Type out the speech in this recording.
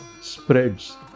spreads